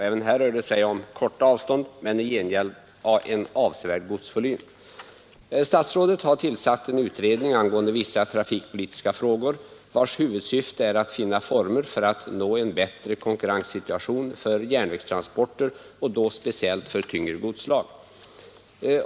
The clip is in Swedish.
Även här rör det sig om korta avstånd men i gengäld omfattar transporterna en avsevärd godsvolym. Statsrådet har tillsatt en utredning angående vissa trafikpolitiska frågor, vars syfte är att finna former för att uppnå en bättre konkurrenssituation för järnvägstransporter och då speciellt för tyngre godsslag.